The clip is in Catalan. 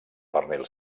pernil